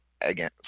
again